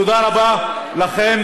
תודה רבה לכם,